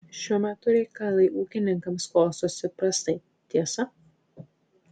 šiuo metu reikalai ūkininkams klostosi prastai tiesa